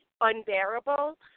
unbearable